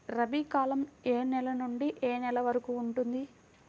రబీ కాలం ఏ నెల నుండి ఏ నెల వరకు ఉంటుంది?